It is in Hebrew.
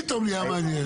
פתאום נהיה מעניין.